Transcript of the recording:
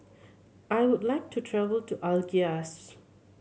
I would like to travel to Algiers